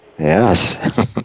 Yes